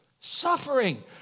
Suffering